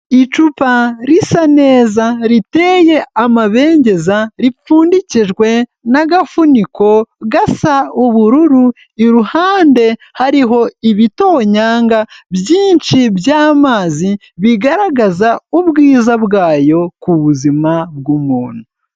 Icupa risa neza riteye amabengeza, ripfundikijwe n'agafuniko gasa ubururu, iruhande hariho ibitonyanga byinshi by'amazi, bigaragaza ubwiza bwayo ku buzima bw'umuntu.